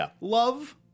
love